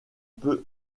peut